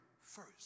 first